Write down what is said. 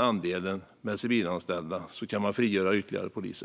andelen civilanställda så att man kan frigöra ytterligare poliser.